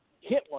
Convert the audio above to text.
Hitler